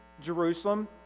Jerusalem